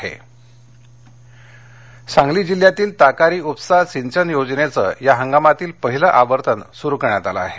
ताकारी सांगली सांगली जिल्ह्यातील ताकारी उपसा सिंचन योजनेचे या इंगामातील पहिले आवर्तन सुरू करण्यात आलं आहे